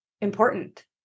important